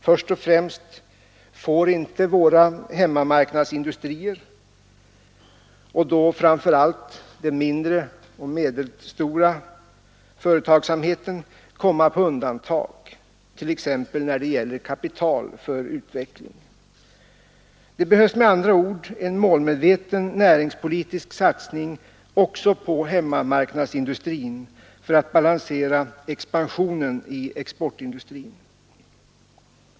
Först och främst får inte våra hemmamarknadsindustrier, och då framför allt den mindre och medelstora företagsamheten, komma på undantag, t.ex. när det gäller kapital för utveckling. Det behövs med andra ord en målmedveten näringspolitisk satsning också på hemmamarknadsindustrin för att balansera expansionen i exportindustrin.